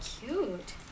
cute